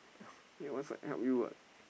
think one side help you what